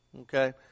okay